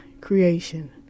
creation